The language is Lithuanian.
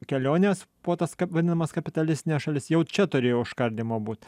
keliones po tas vadinamas kapitalistines šalis jau čia turėjo užkardymo būt